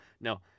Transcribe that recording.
No